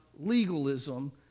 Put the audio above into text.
legalism